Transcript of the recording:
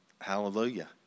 hallelujah